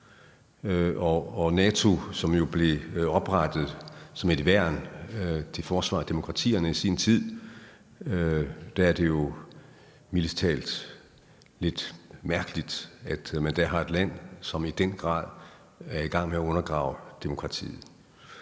i sin tid blev oprettet som et værn til forsvar for demokratierne, er det jo mildest talt lidt mærkeligt, at man der har et land, som i den grad er i gang med at undergrave demokratiet.